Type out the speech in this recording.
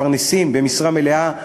מפרנסים במשרה מלאה,